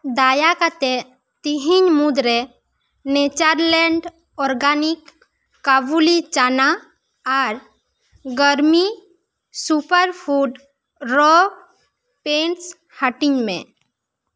ᱫᱟᱭᱟ ᱠᱟᱛᱮᱜ ᱛᱮᱦᱮᱧ ᱢᱩᱫᱽᱨᱮ ᱱᱮᱪᱟᱨᱞᱮᱱᱰ ᱳᱨᱜᱟᱱᱤᱠᱥ ᱠᱟᱵᱩᱞᱤ ᱪᱟᱱᱟ ᱟᱨ ᱜᱟᱨᱢᱤ ᱥᱩᱯᱟᱨᱯᱷᱩᱰ ᱨᱚ ᱯᱮᱱᱥ ᱦᱟᱹᱴᱤᱧ ᱢᱮ